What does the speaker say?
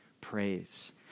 praise